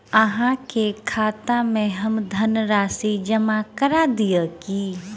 अहाँ के खाता में हम धनराशि जमा करा दिअ की?